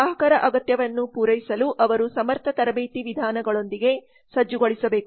ಗ್ರಾಹಕರ ಅಗತ್ಯವನ್ನು ಪೂರೈಸಲು ಅವರು ಸಮರ್ಥ ತರಬೇತಿ ವಿಧಾನಗಳೊಂದಿಗೆ ಸಜ್ಜುಗೊಳಿಸಬೇಕು